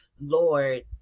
Lord